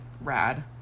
rad